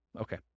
Okay